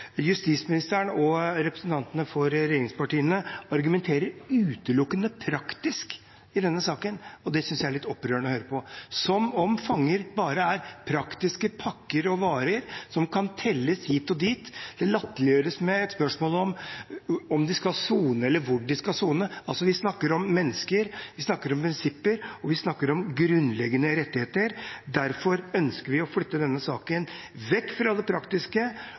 Justisministeren og representantene for regjeringspartiene argumenterer utelukkende praktisk i denne saken, og det synes jeg er litt opprørende å høre på – som om fanger bare er praktiske pakker og varer som kan sendes hit og dit. Det latterliggjøres med et spørsmål om de skal sone, eller hvor de skal sone. Vi snakker om mennesker, vi snakker om prinsipper, og vi snakker om grunnleggende rettigheter. Derfor ønsker vi å flytte denne saken vekk fra det praktiske